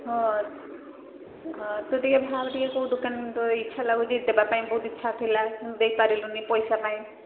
ହଁ ହଁ ତୁ ଟିକେ ଭାବ ଟିକେ କୋଉ ଦୋକାନ ତୋ ଇଚ୍ଛା ଲାଗୁଛି ଦେବା ପାଇଁ ବହୁତ ଇଚ୍ଛା ଥିଲା ଦେଇ ପାରିଲୁନି ପଇସା ପାଇଁ